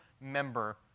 member